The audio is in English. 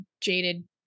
jaded